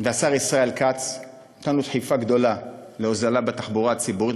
והשר ישראל כץ נתנו דחיפה גדולה להוזלת התחבורה הציבורית,